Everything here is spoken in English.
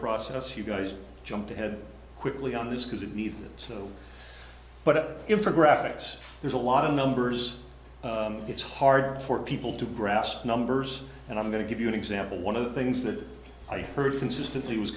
process you guys jumped ahead quickly on this because it needed so but in for graphics there's a lot of numbers it's hard for people to grasp numbers and i'm going to give you an example one of the things that i heard consistently was